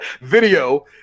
video